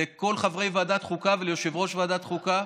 לכל חברי ועדת החוקה וליושב-ראש ועדת החוקה.